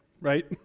right